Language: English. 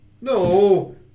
no